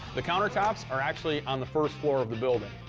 the countertops are actually on the first floor of the building,